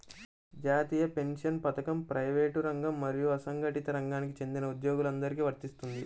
జాతీయ పెన్షన్ పథకం ప్రైవేటు రంగం మరియు అసంఘటిత రంగానికి చెందిన ఉద్యోగులందరికీ వర్తిస్తుంది